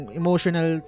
emotional